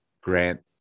Grant